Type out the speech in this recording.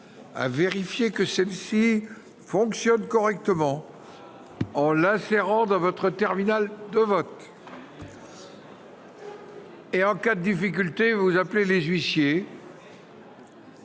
à vérifier que celle-ci fonctionne correctement en l'insérant dans votre terminal de vote. En cas de difficulté, vous pouvez demander